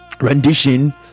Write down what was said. rendition